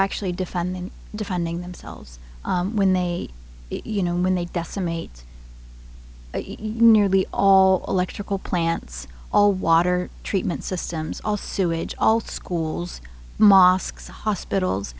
actually defending defending themselves when they you know when they decimate nearly all electrical plants all water treatment systems all sewage all schools mosques hospitals